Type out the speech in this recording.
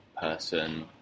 person